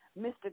Mr